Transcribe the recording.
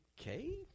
okay